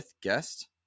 guest